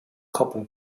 couple